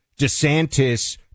DeSantis